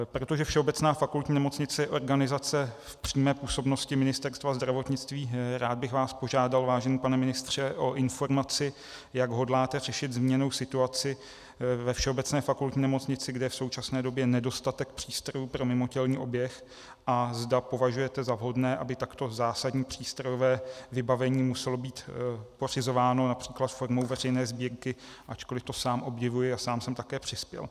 Protože Všeobecná fakultní nemocnice je organizace v přímé působnosti Ministerstva zdravotnictví, rád bych vás požádal, vážený pane ministře, o informaci, jak hodláte řešit zmíněnou situaci ve Všeobecné fakultní nemocnici, kde je v současné době nedostatek přístrojů pro mimotělní oběh, a zda považujete za vhodné, aby takto zásadní přístrojové vybavení muselo být pořizováno např. formou veřejné sbírky ačkoli to sám obdivuji a sám jsem také přispěl.